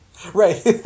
Right